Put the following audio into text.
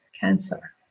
cancer